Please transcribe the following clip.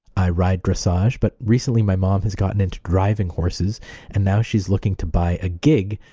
i ride dressage. but recently my mom has gotten into driving horses and now she's looking to buy a gig,